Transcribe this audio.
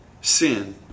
sin